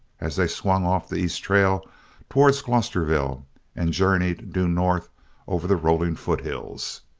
as they swung off the east trail towards glosterville and journeyed due north over the rolling foothills.